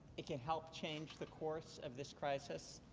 it can help change the course of this crisis.